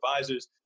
advisors